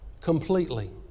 completely